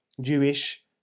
Jewish